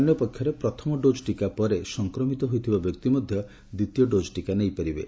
ଅନ୍ୟ ପକ୍ଷରେ ପ୍ରଥମ ଡୋଜ୍ ଟିକା ପରେ ସଂକ୍ରମିତ ହୋଇଥିବା ବ୍ୟକ୍ତି ମଧ ଦୃତୀୟ ଡୋଜ୍ ଟିକା ନେଇପାରିବେ